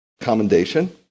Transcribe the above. commendation